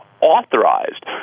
authorized